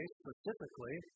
specifically